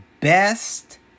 best